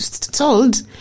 told